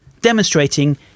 demonstrating